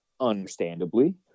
understandably